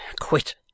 quit